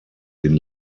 den